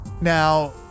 Now